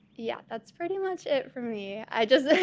yeah, that's pretty much it for me. i just think